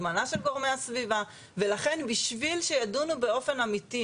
הזמנה של גורמי הסביבה.ולכן בשביל שידונו באופן אמיתי,